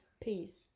Peace